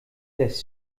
des